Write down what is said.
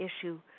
issue